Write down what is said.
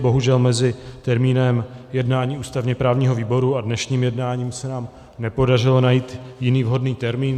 Bohužel mezi termínem jednání ústavněprávního výboru a dnešním jednáním se nám nepodařilo najít jiný vhodný termín.